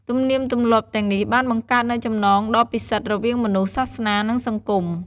ទំនៀមទម្លាប់ទាំងនេះបានបង្កើតនូវចំណងដ៏ពិសិដ្ឋរវាងមនុស្ស សាសនា និងសង្គម។